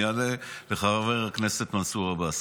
אני אענה לחבר הכנסת מנסור עבאס.